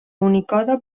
unicode